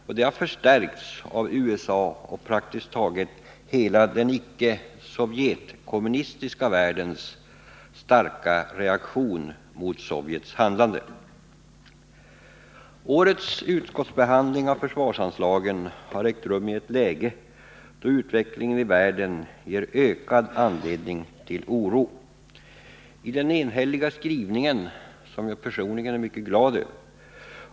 Detta har förstärkts av USA:s och praktiskt taget hela den icke sovjetkommunistiska världens reaktion mot Sovjets handlande. Årets utskottsbehandling av försvarsanslagen har ägt rum i ett läge då utvecklingen i världen ger ökad anledning till oro. Utskottets skrivning om säkerhetspolitiken är enhällig, vilket jag personligen är mycket glad över.